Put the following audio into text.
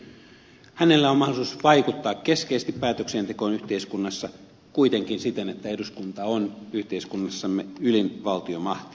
hänellä on mahdollisuus vaikuttaa keskeisesti päätöksentekoon yhteiskunnassa kuitenkin siten että eduskunta on yhteiskunnassamme ylin valtiomahti